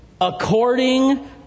According